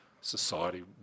society